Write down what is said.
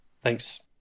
Thanks